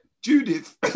Judith